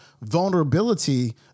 vulnerability